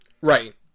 Right